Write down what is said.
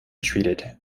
treated